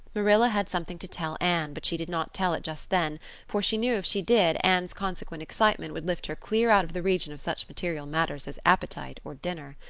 marilla had something to tell anne, but she did not tell it just then for she knew if she did anne's consequent excitement would lift her clear out of the region of such material matters as appetite or dinner.